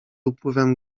upływem